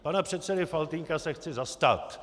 Pana předsedy Faltýnka se chci zastat.